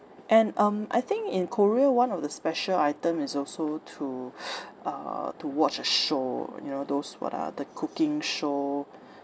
and um I think in korea one of the special item is also to uh to watch a show you know those what ah the cooking show